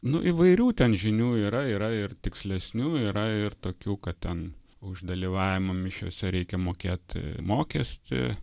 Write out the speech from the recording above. nu įvairių ten žinių yra yra ir tikslesnių yra ir tokių kad ten už dalyvavimą mišiose reikia mokėt mokestį